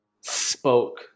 spoke